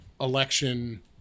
election